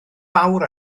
fawr